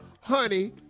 honey